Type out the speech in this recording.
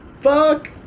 Fuck